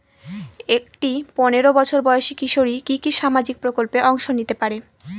একটি পোনেরো বছর বয়সি কিশোরী কি কি সামাজিক প্রকল্পে অংশ নিতে পারে?